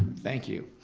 thank you,